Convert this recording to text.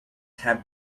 have